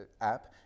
app